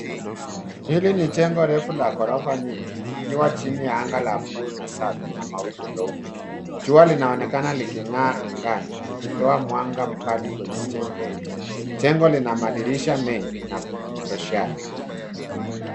Hili ni jengo refu la ghorofa nyingi likiwa chini ya anga la bluu na safi na mawingu meupe. Jua linaonekana liking'aa angani likitoa mwanga mkali kwenye jengo hilo. Jengo lina madirisha mengi na roshani.